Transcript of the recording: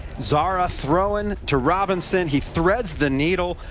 zahra throwing to robinson. he threads the needle.